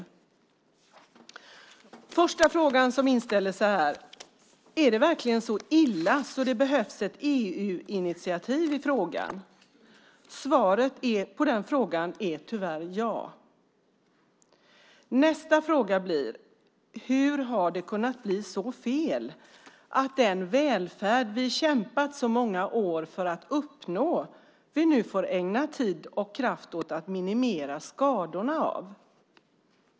Den första fråga som inställer sig är: Är det verkligen så illa att det behövs ett EU-initiativ i frågan? Svaret på den frågan är tyvärr ja. Nästa fråga blir: Hur har det kunnat bli så fel att vi nu får ägna tid och kraft åt att minimera skadorna av den välfärd vi kämpat så många år för att uppnå?